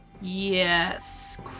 Yes